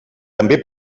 també